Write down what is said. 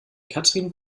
katrin